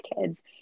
kids